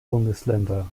bundesländer